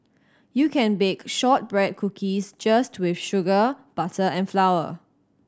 you can bake shortbread cookies just with sugar butter and flour